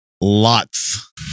lots